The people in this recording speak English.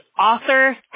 author